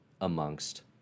amongst